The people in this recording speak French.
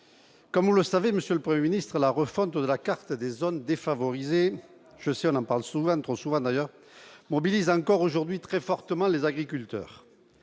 le 1er ministre à la refonte de la carte des zones défavorisées, je suis, on en parle souvent, trop souvent d'ailleurs mobilise encore aujourd'hui très fortement les agriculteurs